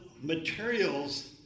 materials